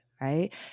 right